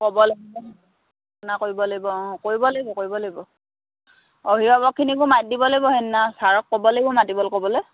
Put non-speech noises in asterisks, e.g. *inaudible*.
ক'ব লাগিব *unintelligible* লাগিব অঁ কৰিব লাগিব কৰিব লাগিব অভিভাৱকখিনিকো মাতি দিব লাগিব সেইদিনা ছাৰক ক'ব লাগিব মাতিবলৈ ক'বলৈ